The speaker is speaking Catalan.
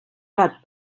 gat